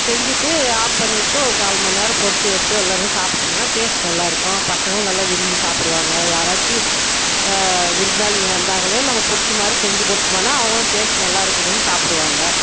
செஞ்சுட்டு ஆப் பண்ணி விட்டுட்டு ஒரு கால்மணி நேரம் பொறுத்து எடுத்து எல்லோருமே சாப்புட்டோம்னா டேஸ்ட் நல்லா இருக்கும் பசங்களும் நல்லா விரும்பி சாப்பிடுவாங்க யாராச்சு விருந்தாளிங்க வந்தாங்களோ நம்ம பிடிச்ச மாதிரி செஞ்சு கொடுத்தோமுன்னா அவங்களும் டேஸ்ட் நல்லா இருக்குதுனு சாப்பிடுவாங்க